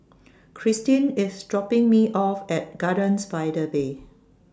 Christine IS dropping Me off At Gardens By The Bay